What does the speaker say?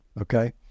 Okay